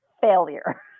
failure